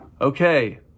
Okay